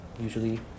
usually